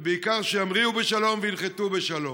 ובעיקר, שימריאו בשלום וינחתו בשלום.